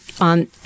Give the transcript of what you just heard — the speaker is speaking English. on